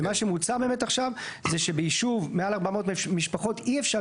ומה שמוצע באמת עכשיו זה שביישוב מעל 400 משפחות אי אפשר